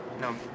No